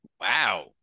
Wow